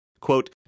quote